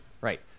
Right